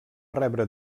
rebre